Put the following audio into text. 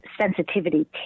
sensitivity